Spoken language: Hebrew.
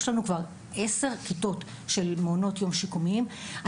יש לנו כבר עשר כיתות של מעונות יום שיקומיים,